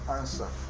answer